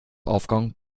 aufgang